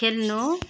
खेल्नु